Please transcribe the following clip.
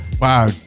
Wow